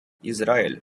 ізраїль